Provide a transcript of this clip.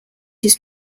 his